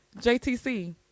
JTC